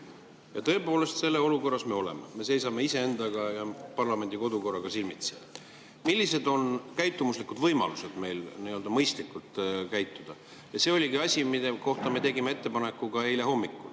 Tõepoolest, selles olukorras me oleme, me seisame iseendaga ja parlamendi kodukorraga silmitsi. Millised on käitumuslikud võimalused meil nii-öelda mõistlikult käituda? See oligi asi, mille kohta me tegime ettepaneku ka eile hommikul.